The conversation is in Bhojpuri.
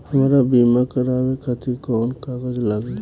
हमरा बीमा करावे खातिर कोवन कागज लागी?